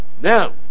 Now